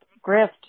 Grift